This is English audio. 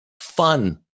fun